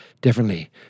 differently